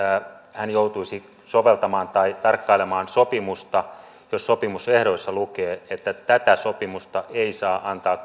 hän joutuisi soveltamaan tai tarkkailemaan sopimusta jos sopimusehdoissa lukee että tätä sopimusta ei saa antaa